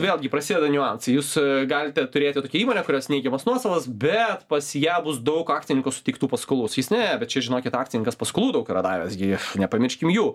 vėlgi prasideda niuansai jūs galite turėti tokią įmonę kurios neigiamas nuosavas bet pas ją bus daug akcininkų suteiktų paskolų sakys ne bet čia žinokit akcininkas daug paskolų yra davęs gi nepamirškime jų